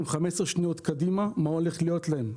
15 שניות קדימה מה הולך להיות להם.